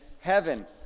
heaven